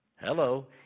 Hello